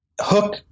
Hook